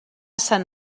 sant